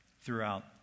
throughout